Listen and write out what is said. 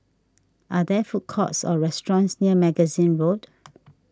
are there food courts or restaurants near Magazine Road